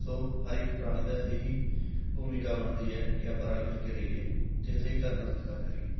ਸੋ ਹਰ ਇੱਕ ਪ੍ਰਾਣੀ ਦਾ ਇਹੀ ਭੂਮਿਕਾ ਬਣਦੀ ਹੈ ਕਿ ਆਪਾਂ ਰਲ ਮਿਲ ਕੇ ਰਹੀਏ ਅਤੇ ਹਰੇਕ ਧਰਮ ਦਾ ਸਤਿਕਾਰ ਕਰੀਏ